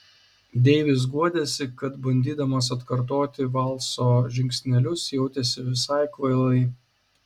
deivis guodėsi kad bandydamas atkartoti valso žingsnelius jautėsi visai kvailai